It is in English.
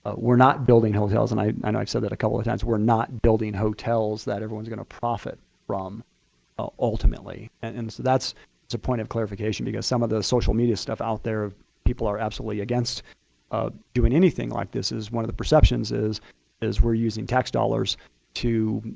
ah we're not building hotels, and i i know i've said that a couple of times. we're not building hotels that everyone's going to profit from ah ultimately. and and that's a point of clarification because some of the social media stuff out there people are absolutely against doing anything like this. one of the perceptions is is we're using tax dollars to,